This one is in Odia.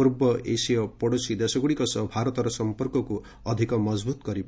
ପୂର୍ବ ଏସିୟ ପଡ଼ୋଶୀ ଦେଶଗୁଡ଼ିକ ସହ ଭାରତର ସମ୍ପର୍କକୁ ମଜଭୁତ କରିବ